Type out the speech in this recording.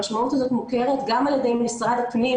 המשמעות הזאת מוכרת גם על ידי משרד הפנים.